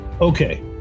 Okay